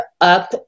up